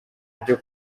byo